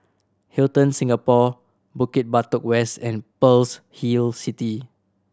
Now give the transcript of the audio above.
Hilton Singapore Bukit Batok West and Pearl's Hill City